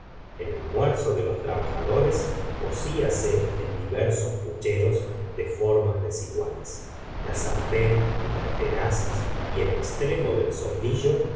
el almuerzo de los trabajadores cocí ase en diversos pucheros de formas desiguales la sartén las tenazas y el extremo del soplillo